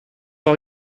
all